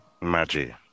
Magic